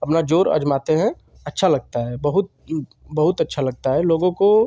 अपना ज़ोर आज़माते हैं अच्छा लगता है बहुत बहुत अच्छा लगता है लोगों को